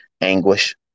anguish